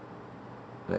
like